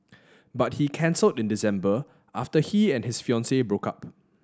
but he cancelled in December after he and his fiancee broke up